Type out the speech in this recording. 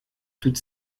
toute